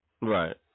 Right